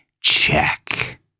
check